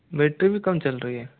battery भी कम चल रही है